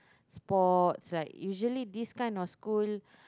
sports like usually this kind of school